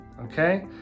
okay